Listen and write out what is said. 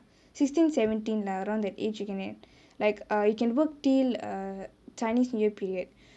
sixteen seventeen lah around that age you can like err you can work till err chinese new year period